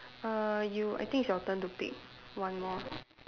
err you I think it's your turn to pick one more